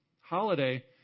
holiday